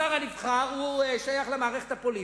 השר הנבחר שייך למערכת הפוליטית,